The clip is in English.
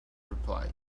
reply